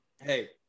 Hey